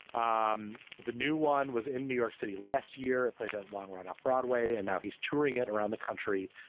um the new one was in new york city last year it played a long run off broadway and now he's touring it around the country.